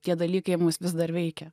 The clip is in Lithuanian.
tie dalykai mus vis dar veikia